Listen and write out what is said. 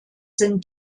sind